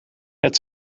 het